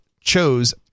chose